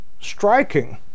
striking